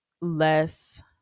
less